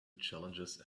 challenges